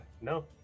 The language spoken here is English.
No